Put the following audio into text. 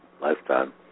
lifetime